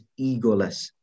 egoless